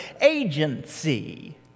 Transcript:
agency